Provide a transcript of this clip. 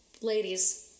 Ladies